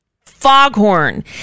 foghorn